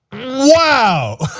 wow.